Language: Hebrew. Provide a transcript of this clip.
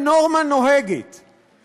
ההסתייגות (2)